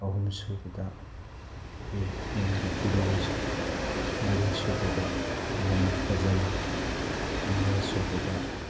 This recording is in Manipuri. ꯑꯍꯨꯝ ꯁꯨꯕꯗ ꯑꯩ ꯑꯦꯝ ꯗꯤ ꯐꯤꯔꯣꯁ ꯃꯔꯤ ꯁꯨꯕꯗ ꯑꯩꯈꯣꯏ ꯃꯣꯍꯥꯃꯠ ꯐꯖꯜ ꯃꯉꯥ ꯁꯨꯕꯗ